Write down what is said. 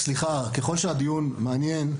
ככל שהדיון מעניין,